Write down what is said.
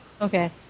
Okay